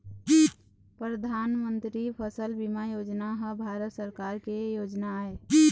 परधानमंतरी फसल बीमा योजना ह भारत सरकार के योजना आय